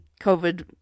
COVID